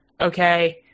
okay